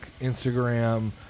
Instagram